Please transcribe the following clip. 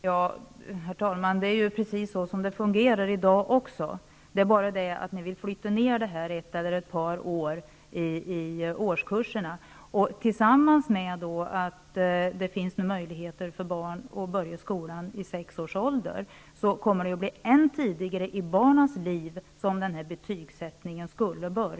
Herr talman! Det är ju precis så som det fungerar i dag. Det är bara det att ni vill flytta ner det ett eller ett par år i årskurserna. Tillsammans med att det finns möjlighet för barn att börja skolan vid 6 års ålder kommer betygssättningen in ännu tidigare i barnens liv.